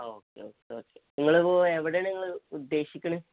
ആ okay okay okay നിങ്ങളിപ്പോള് എവിടെയാണ് നിങ്ങള് ഉദ്ദേശിക്കുന്നത്